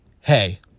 Hey